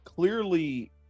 Clearly